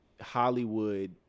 hollywood